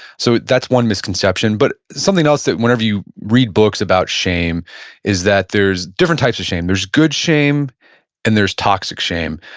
so that's one misconception. but something else, whenever you read books about shame is that there's different types of shame, there's good shame and there's toxic shame.